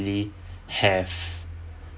really have